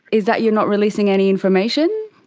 is that, you're not releasing any information?